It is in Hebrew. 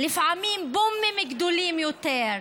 לפעמים בומים גדולים יותר,